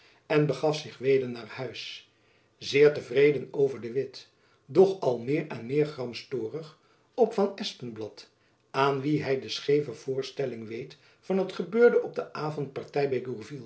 en begaf zich weder naar huis zeer te vrede over de witt doch al meer en meer gramstorig op van espenblad aan wien hy de scheeve voorstelling weet van het gebeurde op de avondparty